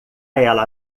ela